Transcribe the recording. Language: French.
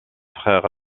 frère